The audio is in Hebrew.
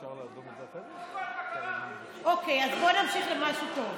אז בוא נמשיך למשהו טוב.